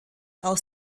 aus